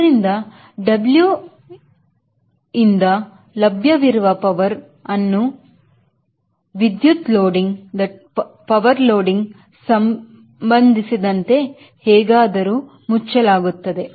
ಆದ್ದರಿಂದ W ನಿಂದ ನಿಂದ ಲಭ್ಯವಿರುವ ಪವರ್ ಅನ್ನು ವಿದ್ಯುತ್ ಲೋಡಿಂಗ್ ಸಂಬಂಧಿಸಿದಂತೆ ಹೇಗಾದರೂ ಮುಚ್ಚಲಾಗುತ್ತದೆ